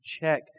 check